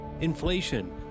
inflation